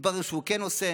מתברר שהוא כן עושה,